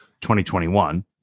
2021